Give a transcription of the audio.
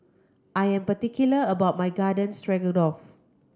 I am particular about my Garden Stroganoff